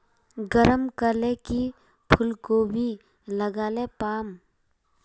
गरम कले की फूलकोबी लगाले पाम?